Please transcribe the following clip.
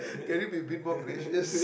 can you bit a bit more gracious